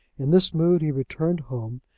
in this mood he returned home,